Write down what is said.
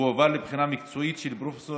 והוא הועבר לבחינה מקצועית של פרופ'